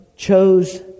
Chose